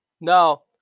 Now